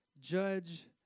judge